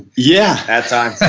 yeah that's ah